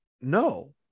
no